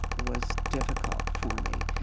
was difficult for me.